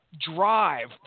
drive